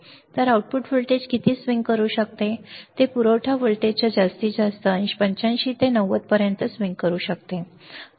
तर output voltage किती swing करू शकते ते पुरवठा व्होल्टेजच्या जास्तीत जास्त 85 ते 90 टक्के पर्यंत स्विंग करू शकते